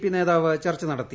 P നേതാവ് ചർച്ച നടത്തി